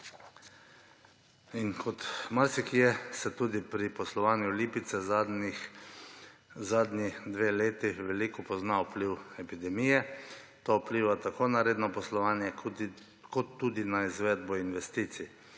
Kot marsikje, se tudi pri poslovanju Lipice zadnji dve leti veliko pozna vpliv epidemije. To vpliva tako na redno poslovanje, kot tudi na izvedbo investicij.